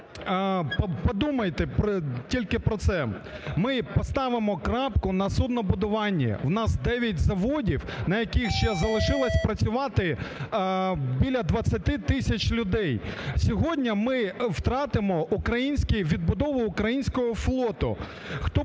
Подумайте тільки про це. Ми поставимо крапку на суднобудуванні. У нас 9 заводів, на яких ще залишилось працювати біля 20 тисяч людей. Сьогодні ми втратимо відбудову українського флоту. Хто буде